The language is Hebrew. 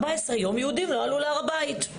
14 ימים יהודים לא עלו להר הבית.